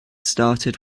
started